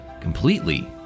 completely